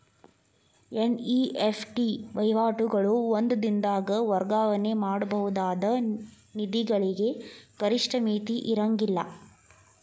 NEFT ವಹಿವಾಟುಗಳು ಒಂದ ದಿನದಾಗ್ ವರ್ಗಾವಣೆ ಮಾಡಬಹುದಾದ ನಿಧಿಗಳಿಗೆ ಗರಿಷ್ಠ ಮಿತಿ ಇರ್ಂಗಿಲ್ಲಾ